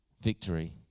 victory